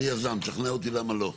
אני יזם, תשכנע אותי למה לא?